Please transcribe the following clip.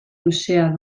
luzea